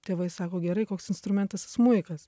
tėvai sako gerai koks instrumentas smuikas